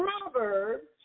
Proverbs